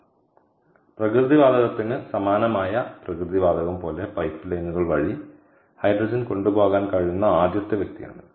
അതിനാൽ പ്രകൃതിവാതകത്തിന് സമാനമായ പ്രകൃതിവാതകം പോലെ പൈപ്പ് ലൈനുകൾ വഴി ഹൈഡ്രജൻ കൊണ്ടുപോകാൻ കഴിയുന്ന ആദ്യത്തെ വ്യക്തിയാണിത്